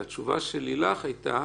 והתשובה של לילך הייתה